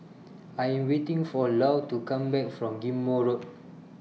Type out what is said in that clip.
I Am waiting For Lou to Come Back from Ghim Moh Road